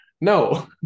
No